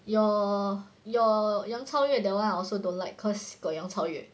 your your 杨超越 that one I also don't like cause got 杨超越